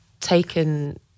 taken